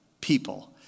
people